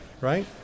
right